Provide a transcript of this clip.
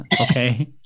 Okay